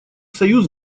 союз